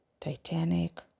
titanic